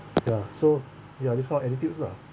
ya so ya this kind of attitudes lah